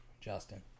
Justin